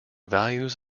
values